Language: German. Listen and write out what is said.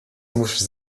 muss